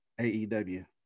AEW